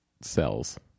cells